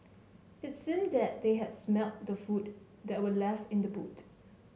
it seemed that they had smelt the food that were left in the boot